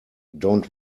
don’t